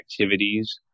activities